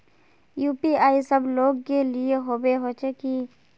UPI सब लोग के लिए होबे होचे की?